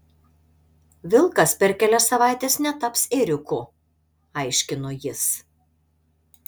vilkas per kelias savaites netaps ėriuku aiškino jis